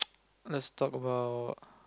let's talk about